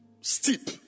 steep